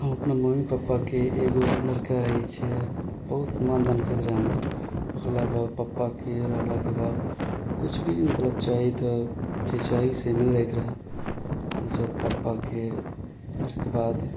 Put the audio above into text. हम अपना मम्मी पप्पाके एगो लड़का रहै छै बहुत मान दान करैत रहै हमरा ओकर अलावा पप्पाके रहलाके बाद कुछ भी मतलब चाही तऽ जे चाही से मिल जाइत रहै जब पप्पाके डेथके बाद